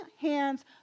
hands